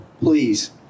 please